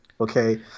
Okay